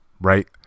right